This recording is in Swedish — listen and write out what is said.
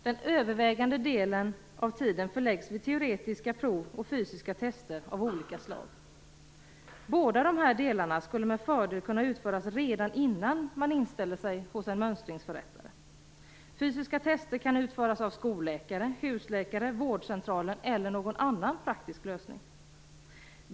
Den övervägande delen av tiden förläggs till teoretiska prov och fysiska tester av olika slag. Båda de här delarna skulle med fördel kunna utföras redan innan man inställer sig hos en mönstringsförrättare. Fysiska tester kan utföras av skolläkare, husläkare, vårdcentraler eller genom någon annan praktisk lösning.